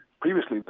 Previously